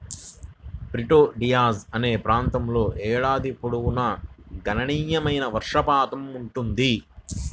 Prieto Diaz అనే ప్రాంతంలో ఏడాది పొడవునా గణనీయమైన వర్షపాతం ఉంటుంది